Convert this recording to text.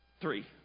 Three